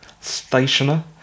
stationer